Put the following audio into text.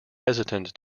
hesitant